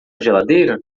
geladeira